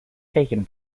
taken